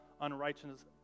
unrighteousness